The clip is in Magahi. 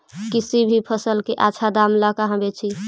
किसी भी फसल के आछा दाम ला कहा बेची?